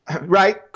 Right